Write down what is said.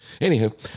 Anywho